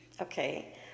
Okay